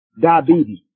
diabetes